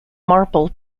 marple